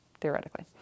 theoretically